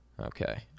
Okay